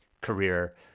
career